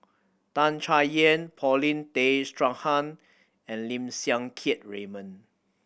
Tan Chay Yan Paulin Tay Straughan and Lim Siang Keat Raymond